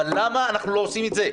אבל למה אנחנו לא עושים את זה?